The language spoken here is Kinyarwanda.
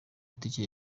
itike